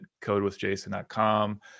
codewithjason.com